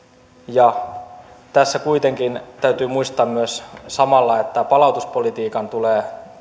tässä kuitenkin täytyy muistaa myös samalla että palautuspolitiikan tulee